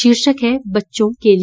शीर्षक है बच्चों के लिए